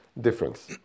difference